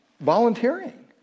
volunteering